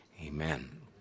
amen